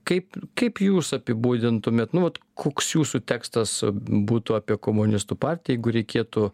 kaip kaip jūs apibūdintumėt nu vat koks jūsų tekstas būtų apie komunistų partiją jeigu reikėtų